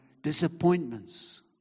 disappointments